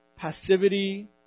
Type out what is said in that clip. passivity